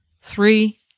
three